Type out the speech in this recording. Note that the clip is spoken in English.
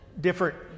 different